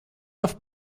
off